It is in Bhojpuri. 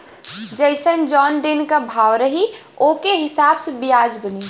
जइसन जौन दिन क भाव रही ओके हिसाब से बियाज बनी